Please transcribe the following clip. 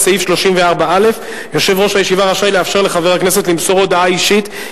סעיף 34(א): "יושב-ראש הישיבה רשאי לאפשר לחבר הכנסת למסור הודעה אישית,